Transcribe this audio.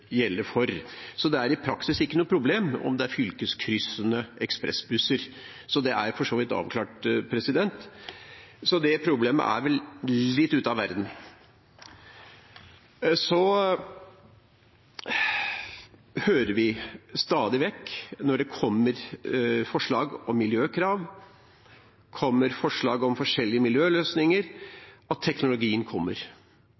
så det er i praksis ikke noe problem om det er fylkeskryssende ekspressbusser. Så det er for så vidt avklart, og det problemet er vel litt ute av verden. Vi hører stadig vekk, når det kommer forslag om miljøkrav og forslag om forskjellige